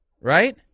Right